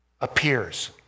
appears